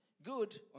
Good